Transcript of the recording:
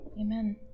amen